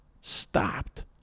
stopped